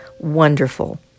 wonderful